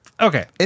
okay